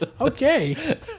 Okay